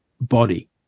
body